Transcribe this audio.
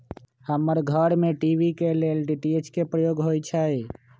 हमर घर में टी.वी के लेल डी.टी.एच के प्रयोग होइ छै